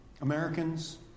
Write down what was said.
Americans